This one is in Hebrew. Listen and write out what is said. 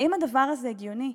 האם הדבר הזה הגיוני?